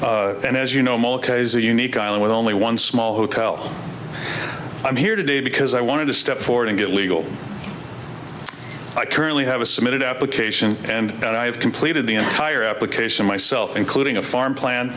and as you know mocha is a unique island with only one small hotel i'm here today because i wanted to step forward and get legal i currently have a submitted application and that i have completed the entire application myself including a farm plan